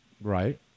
Right